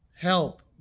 Help